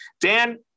Dan